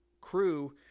crew